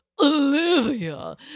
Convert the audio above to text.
Olivia